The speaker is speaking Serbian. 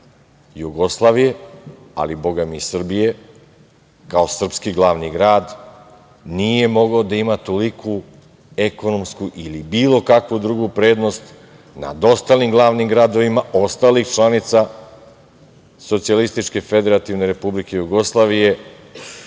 Jugoslavije, a bogami i Srbije, kao srpski glavni grad, nije mogao da ima toliku ekonomsku ili bilo kakvu drugu prednost nad ostalim glavnim gradovima ostalih članica SFRJ i zbog toga nije